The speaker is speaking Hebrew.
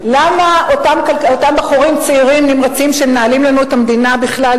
למה אותם בחורים צעירים נמרצים שמנהלים לנו את המדינה בכלל,